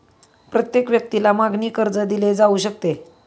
प्रत्येक व्यक्तीला मागणी कर्ज दिले जाऊ शकते